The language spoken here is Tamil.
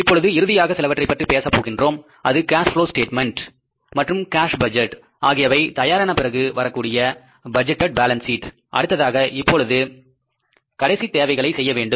இப்பொழுது இறுதியாக சிலவற்றை பற்றி பேசப் போகின்றோம் அது கேஷ் ப்லொவ் ஷ்டேட்மென்ட் மற்றும் கேஸ் பட்ஜெட் ஆகியவை தயாரான பிறகு வரக்கூடிய பட்ஜெட்டேட் பேலன்ஸ் ஷீட் அடுத்ததாக இப்பொழுது கடைசி தேவைகளை செய்ய வேண்டும்